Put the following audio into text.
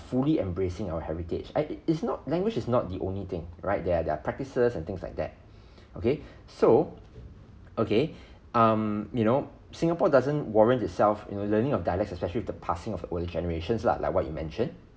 fully embracing our heritage I it's not language is not the only thing right there their practices and things like that okay so okay um you know singapore doesn't warrant itself in learning of dialects especially with the passing of older generations lah like what you mentioned